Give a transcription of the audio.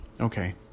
okay